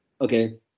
Okay